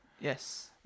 Yes